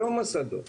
לא המוסדות,